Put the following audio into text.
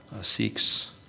seeks